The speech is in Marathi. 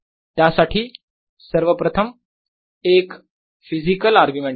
त्यासाठी सर्वप्रथम एक फिजिकल आर्ग्युमेंट करू